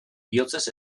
bihotzez